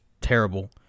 terrible